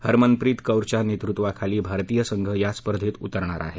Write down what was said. हरमनप्रीत कौरच्या नेतृत्वाखाली भारतीय संघ या स्पर्धेत उतरणार आहे